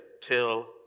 Till